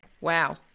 Wow